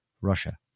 Russia